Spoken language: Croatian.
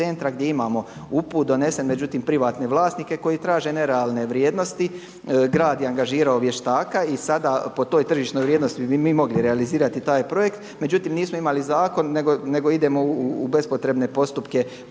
ne razumije./… donesen međutim privatne vlasnike koji traže nerealne vrijednosti. Grad je angažirao vještaka i sada po toj tržišnoj vrijednosti bi mi mogli realizirati taj projekt. Međutim, nismo imali zakon, nego idemo u bespotrebne postupke